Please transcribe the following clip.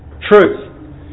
Truth